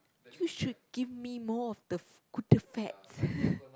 you should give me more of the good fats